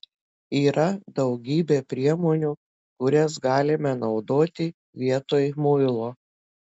yra daugybė priemonių kurias galime naudoti vietoj muilo